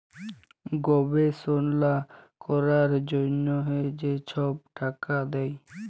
গবেষলা ক্যরার জ্যনহে যে ছব টাকা দেয়